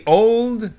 old